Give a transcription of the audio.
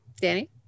Danny